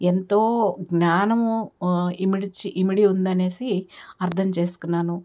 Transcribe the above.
ఎంతో జ్ఞానము ఇమిడ్చి ఇమిడి ఉంది అనేసి అర్థం చేసుకున్నాను